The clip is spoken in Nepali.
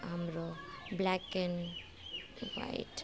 हाम्रो ब्ल्याक एन्ड वाइट